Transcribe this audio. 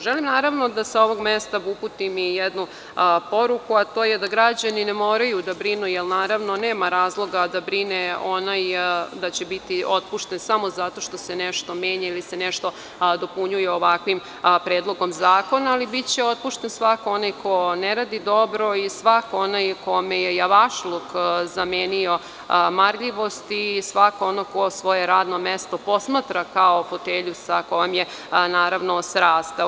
Želim da sa ovog mesta uputim i jednu poruku, a to je da građani ne moraju da brinu, jer naravno nema razloga da brine onaj da će biti otpušten samo zato što se nešto menja ili se nešto dopunjuje ovakvim Predlogom zakona, ali biće otpušten svako ko ne radi dobro, i svako onaj kome je javašluk zamenio marljivost i svako onaj ko svoje radno mesto posmatra fotelju sa kojom je srastao.